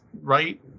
right